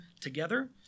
together